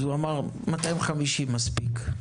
אז הוא אמר: 250 זה מספיק.